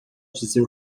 dizer